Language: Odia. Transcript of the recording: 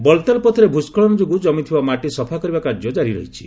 ବଲତାଲ୍ ପଥରେ ଭୁସ୍କଳନ ଯୋଗୁଁ ଜମିଥିବା ମାଟି ସଫା କରିବା କାର୍ଯ୍ୟ ଜାରି ରହିଛି